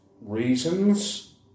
reasons